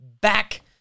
back